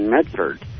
Medford